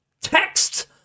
text